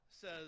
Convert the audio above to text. says